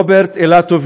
רוברט אילטוב,